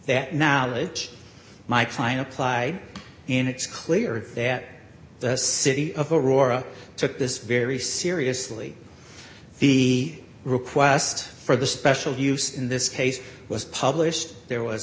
that knowledge my client applied in it's clear that the city of aurora took this very seriously he request for the special use in this case was published there was